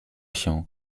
się